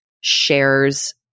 shares